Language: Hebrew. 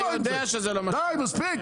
טוב מספיק